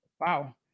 Wow